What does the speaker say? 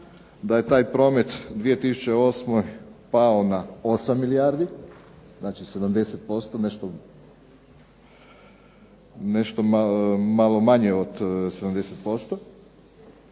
da je taj promet 2008. pao na 8 milijardi, znači 70% nešto malo manje od 70%,